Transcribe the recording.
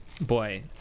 boy